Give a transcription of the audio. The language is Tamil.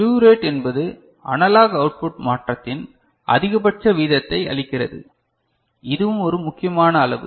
ஸ்லூவ் ரேட் என்பது அனலாக் அவுட் புட் மாற்றத்தின் அதிகபட்ச வீதத்தை அளிக்கிறது இதுவும் ஒரு முக்கியமான அளவு